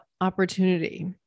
opportunity